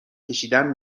کشیدن